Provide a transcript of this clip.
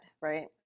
Right